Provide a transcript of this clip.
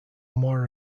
more